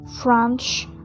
French